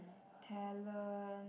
talent